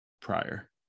prior